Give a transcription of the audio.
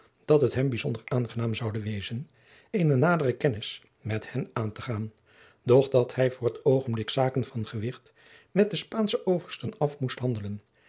dat het hem bijzonder aangenaam zoude wezen eene nadere kennis met hen aan te gaan doch dat hij voor t oogenblik zaken van gewicht met de spaansche oversten af moest handelen